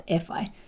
fi